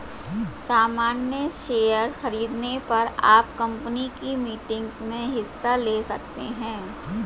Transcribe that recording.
सामन्य शेयर खरीदने पर आप कम्पनी की मीटिंग्स में हिस्सा ले सकते हैं